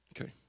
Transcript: Okay